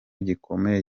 gikomeye